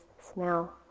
smell